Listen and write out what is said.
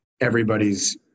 everybody's